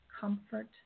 comfort